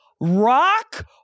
Rock